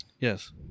yes